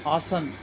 Hassan